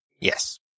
Yes